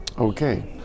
Okay